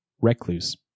Recluse